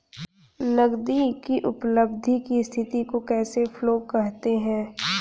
नगदी की उपलब्धि की स्थिति को कैश फ्लो कहते हैं